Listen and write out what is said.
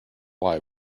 why